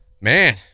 Man